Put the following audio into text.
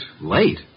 Late